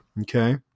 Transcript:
Okay